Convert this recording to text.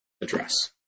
address